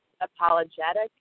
apologetic